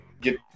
Get